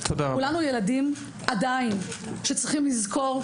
כולנו ילדים עדיין שצריכים לזכור,